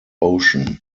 ocean